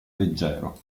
leggero